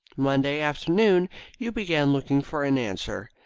monday afternoon you began looking for an answer.